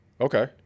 Okay